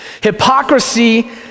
Hypocrisy